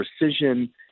precision